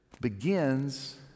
begins